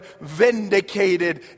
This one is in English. Vindicated